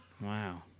Wow